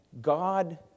God